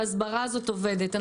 ההסברה הזאת עובדת.